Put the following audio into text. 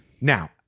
Now